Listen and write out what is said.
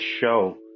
Show